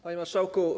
Panie Marszałku!